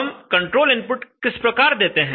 हम control input किस प्रकार देते हैं